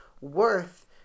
worth